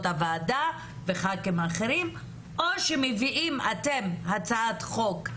הוועדה וח"כים אחרים או שמביאים אתם הצעת חוק,